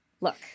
look